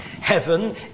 Heaven